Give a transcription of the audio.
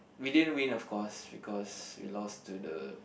we didn't win of course because we lost to the